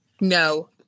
No